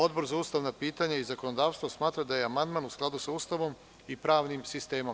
Odbor za ustavna pitanja i zakonodavstvo smatra da je amandman u skladu sa Ustavom i pravnim sistemom.